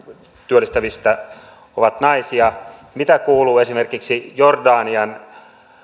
työllistyvistä on naisia mitä kuuluu esimerkiksi jordanian